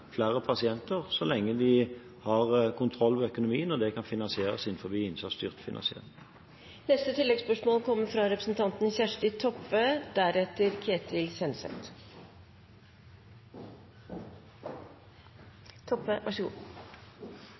flere pasienter, så lenge de har kontroll med økonomien, og det kan finansieres innenfor innsatsstyrt